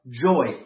joy